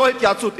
לא התייעצות,